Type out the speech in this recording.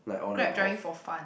Grab driving for fun